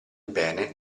bene